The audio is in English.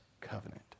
Covenant